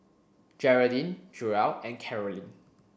Jeraldine Joell and Carolyne